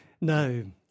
No